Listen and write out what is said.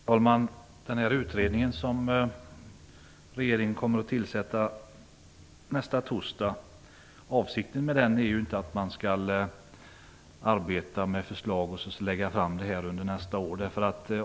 Herr talman! Avsikten med utredningen som regeringen kommer att tillsätta nästa torsdag är ju inte att man skall arbeta med förslag och lägga fram dem under nästa år.